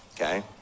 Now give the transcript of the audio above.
Okay